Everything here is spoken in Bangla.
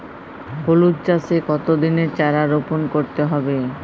হলুদ চাষে কত দিনের চারা রোপন করতে হবে?